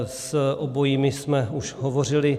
S obojími jsme už hovořili.